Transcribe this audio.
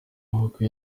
maboko